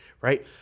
right